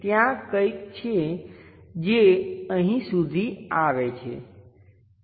તેથી ત્યાં કંઈક છે જે અહીં સુધી આવે છે